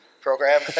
program